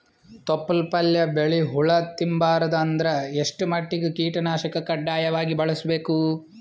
ತೊಪ್ಲ ಪಲ್ಯ ಬೆಳಿ ಹುಳ ತಿಂಬಾರದ ಅಂದ್ರ ಎಷ್ಟ ಮಟ್ಟಿಗ ಕೀಟನಾಶಕ ಕಡ್ಡಾಯವಾಗಿ ಬಳಸಬೇಕು?